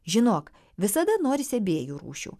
žinok visada norisi abiejų rūšių